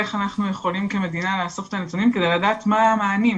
איך אנחנו יכולים כמדינה לאסוף את הנתונים כדי לדעת מה המענים.